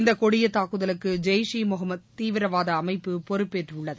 இந்த கொடிய தாக்குதலுக்கு ஜெய் இ முகமது தீவிரவாத அமைப்பு பொறுப்பேற்றுள்ளது